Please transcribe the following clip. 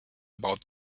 about